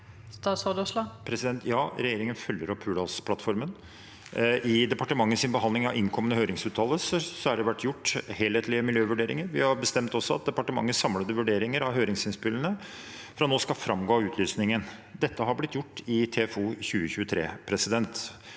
Ja, regjeringen følger opp Hurdalsplattformen. I departementets behandling av innkomne høringsuttalelser har det vært gjort helhetlige miljøvurderinger. Vi har også bestemt at departementets samlede vurderinger av høringsinnspillene fra nå av skal framgå av utlysningen. Dette har blitt gjort i TFO 2023. Regjeringen